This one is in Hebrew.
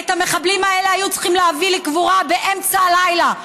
את המחבלים האלה היו צריכים להביא לקבורה באמצע הלילה,